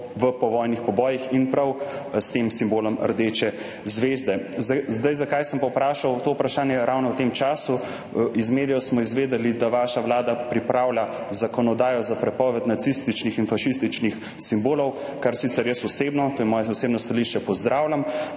v povojnih pobojih prav s tem simbolom rdeče zvezde. Zakaj sem pa postavil to vprašanje ravno v tem času? Iz medijev smo izvedeli, da vaša vlada pripravlja zakonodajo za prepoved nacističnih in fašističnih simbolov. Kar sicer jaz osebno, to je moje osebno stališče, pozdravljam,